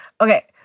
Okay